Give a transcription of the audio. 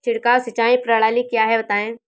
छिड़काव सिंचाई प्रणाली क्या है बताएँ?